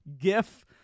gif